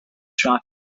shot